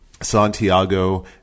Santiago